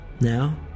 Now